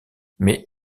mais